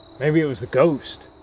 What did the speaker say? maybe it was the ghost.